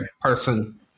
person